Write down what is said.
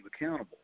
accountable